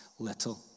little